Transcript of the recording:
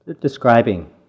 describing